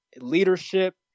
leadership